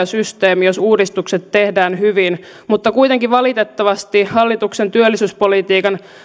systeemi jos uudistukset tehdään hyvin mutta kuitenkin valitettavasti hallituksen työllisyyspolitiikan